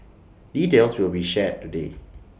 details will be shared today